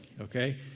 okay